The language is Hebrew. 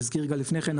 הזכיר גל לפני כן,